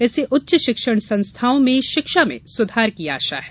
इससे उच्च शिक्षण संस्थानों में शिक्षा में सुधार की आशा है